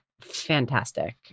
fantastic